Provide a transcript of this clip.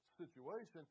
situation